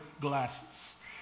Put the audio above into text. glasses